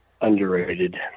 Underrated